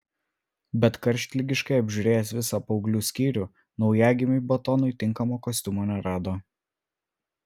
bet karštligiškai apžiūrėjęs visą paauglių skyrių naujagimiui batonui tinkamo kostiumo nerado